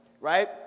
right